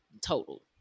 total